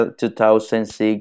2006